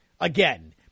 again